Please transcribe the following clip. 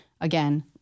again